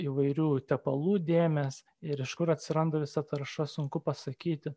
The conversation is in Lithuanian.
įvairių tepalų dėmės ir iš kur atsiranda visa tarša sunku pasakyti